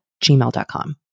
gmail.com